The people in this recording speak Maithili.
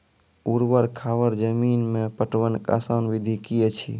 ऊवर खाबड़ जमीन मे पटवनक आसान विधि की ऐछि?